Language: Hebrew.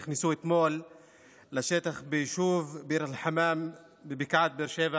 נכנסו אתמול לשטח ביישוב ביר אל-חמאם בבקעת באר שבע